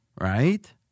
Right